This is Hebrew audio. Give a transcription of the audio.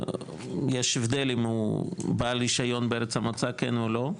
יש הבדל אם הוא בעל רישיון בארץ המוצא כן או לא,